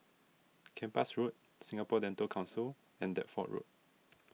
Kempas Road Singapore Dental Council and Deptford Road